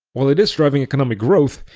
while it is driving economic growth,